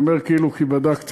אני אומר כאילו כי בדקתי,